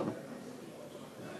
חוק לתיקון פקודת מס הכנסה (ניכויים שאין להתירם),